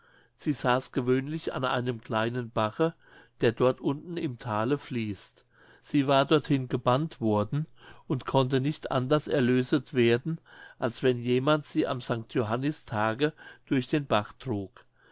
sie saß gewöhnlich an einem kleinen bache der dort unten im thale fließt sie war dorthin gebannt worden und konnte nicht anders erlöset werden als wenn jemand sie am st johannistage durch den bach trug